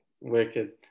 Wicked